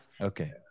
Okay